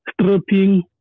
stripping